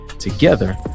Together